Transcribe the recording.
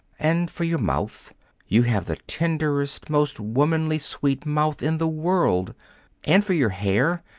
and for your mouth you have the tenderest, most womanly-sweet mouth in the world and for your hair,